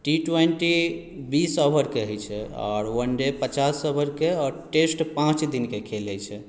T twenty बीस ओवरके होइत छै आओर वन डे पचास ओवरके आओर टेस्ट पाँच दिनके खेल होइत छै